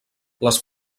les